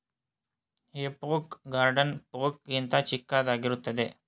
ಹೇ fork garden fork ಗಿಂತ ಚಿಕ್ಕದಾಗಿರುತ್ತದೆ